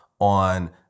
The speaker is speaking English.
on